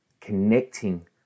connecting